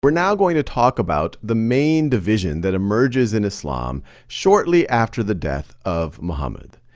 we're now going to talk about the main division that emerges in islam shortly after the death of muhammad.